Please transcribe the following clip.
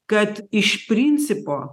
kad iš principo